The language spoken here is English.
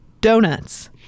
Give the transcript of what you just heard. donuts